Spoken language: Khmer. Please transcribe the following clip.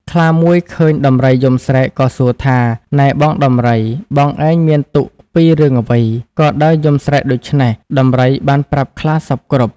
ខ្លាមួយឃើញដំរីយំស្រែក ក៏សួរថា៖ "នែបងដំរី បងឯងមានទុក្ខពីរឿងអ្វីក៏ដើរយំស្រែកដូច្នេះ?" ដំរីបានប្រាប់ខ្លាសព្វគ្រប់។